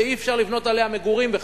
שאי-אפשר לבנות עליה מגורים בכלל,